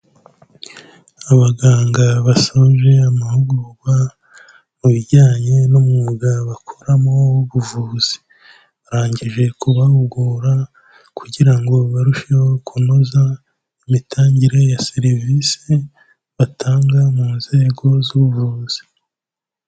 Abaganga basoje amahugurwa mu bijyanye n'umwuga bakoramo w'ubuvuzi, barangije kubahugura kugira ngo barusheho kunoza imitangire ya serivisi batanga mu nzego z'ubuvuzi.